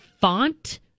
font